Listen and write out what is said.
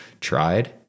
tried